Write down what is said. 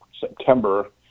September